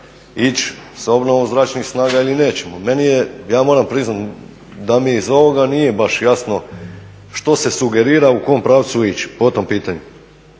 ići sa obnovom zračnih snaga ili nećemo? Ja moramo priznati da mi iz ovoga baš nije jasno što se sugerira u kom pravcu ići po tom pitanju.